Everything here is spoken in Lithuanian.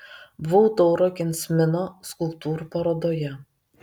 buvau tauro kensmino skulptūrų parodoje